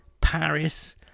Paris